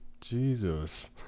Jesus